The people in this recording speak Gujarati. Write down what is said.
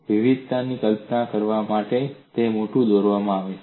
વિવિધતાની કલ્પના કરવા માટે તે મોટું દોરવામાં આવે છે